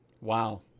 Wow